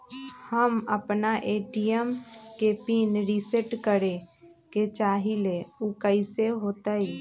हम अपना ए.टी.एम के पिन रिसेट करे के चाहईले उ कईसे होतई?